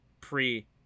pre